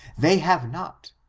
they have not,